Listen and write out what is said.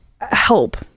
help